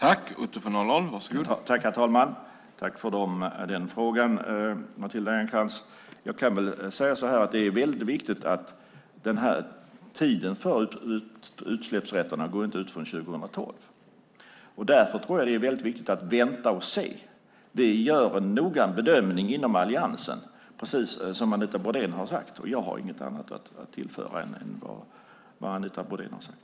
Herr talman! Jag vill tacka Matilda Ernkrans för frågan och kan väl säga att det är väldigt viktigt att tiden för utsläppsrätterna inte går ut förrän år 2012. Därför tror jag att det är mycket viktigt att vänta och se. Inom Alliansen gör vi en noggrann bedömning, som Anita Brodén har sagt. Jag har inget att tillföra utöver vad Anita Brodén har sagt.